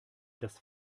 das